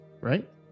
right